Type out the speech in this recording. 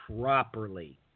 properly